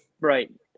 Right